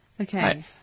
Okay